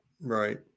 right